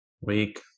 week